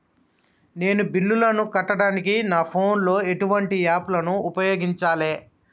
నేను బిల్లులను కట్టడానికి నా ఫోన్ లో ఎటువంటి యాప్ లను ఉపయోగించాలే?